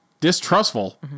Distrustful